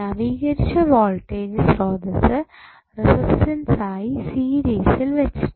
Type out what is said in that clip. നവീകരിച്ച വോൾടേജ് സ്രോതസ്സ് റെസിസ്റ്റൻസ് ആയിട്ട് സീരിസിൽ വെച്ചിട്ട്